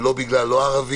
וזה לא בגלל לא ערבים,